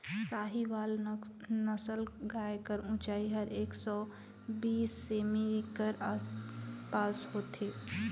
साहीवाल नसल गाय कर ऊंचाई हर एक सौ बीस सेमी कर आस पास होथे